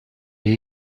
est